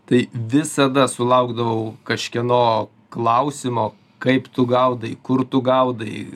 tai visada sulaukdavau kažkieno klausimo kaip tu gaudai kur tu gaudai